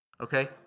Okay